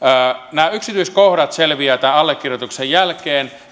nämä yksityiskohdat selviävät tämän allekirjoituksen jälkeen